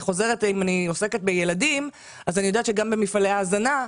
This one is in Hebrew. אני עוסקת בילדים ויודעת שגם במפעלי ההזנה,